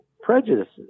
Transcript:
prejudices